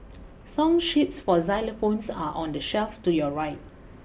song sheets for xylophones are on the shelf to your right